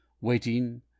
waiting